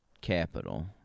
capital